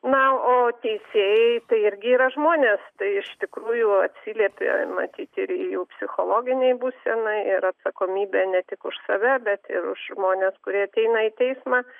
na o teisėjai irgi yra žmonės tai iš tikrųjų atsiliepė matyt ir jų psichologinei būsenai ir atsakomybė ne tik už save bet ir už žmones kurie ateina į teismą